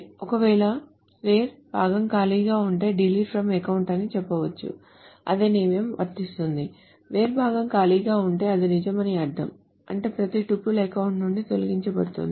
ఒకవేళ where భాగం ఖాళీగా ఉంటే delete from account అని చెప్పవచ్చు అదే నియమం వర్తిస్తుంది where భాగం ఖాళీగా ఉంటే అది నిజం అని అర్ధం అంటే ప్రతి టపుల్ అకౌంట్ నుండి తొలగించబడుతుంది